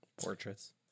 portraits